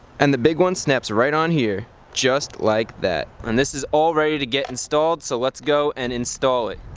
and the big one snaps right on here. just like that. and this is all ready to get installed so let's go and install it.